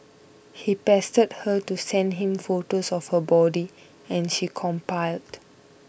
he pestered her to send him photos of her body and she complied